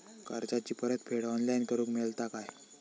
कर्जाची परत फेड ऑनलाइन करूक मेलता काय?